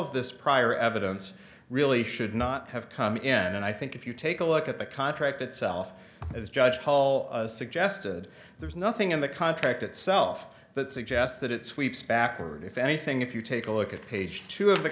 of this prior evidence really should not have come in and i think if you take a look at the contract itself as judge paul suggested there's nothing in the contract itself that suggests that it sweeps backward if anything if you take a look at page two of the